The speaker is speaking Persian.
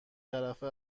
طرفه